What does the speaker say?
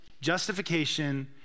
justification